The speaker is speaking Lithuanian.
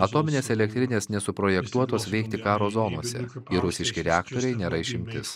atominės elektrinės nesuprojektuotos veikti karo zonose ir rusiški reaktoriai nėra išimtis